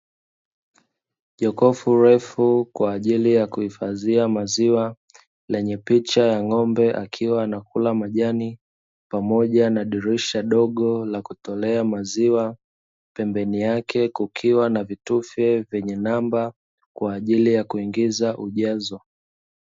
Jokovu refu kwa ajili ya kuhifadhia maziwa lenye picha ya ng'ombe akiwa anakula majani pamoja na dirisha dogo la kutolea maziwa, pembeni yake kukiwa na vitufe vyenye namba kwa ajili ya kuingiza ujazo.